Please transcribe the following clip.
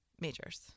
majors